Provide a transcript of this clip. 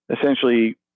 essentially